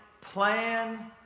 plan